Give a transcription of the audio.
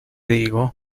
digo